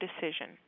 decision